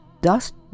Dust